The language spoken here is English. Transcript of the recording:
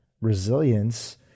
resilience